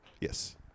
Yes